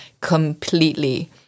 completely